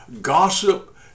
Gossip